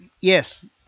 Yes